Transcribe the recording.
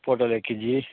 पोटल एक केजी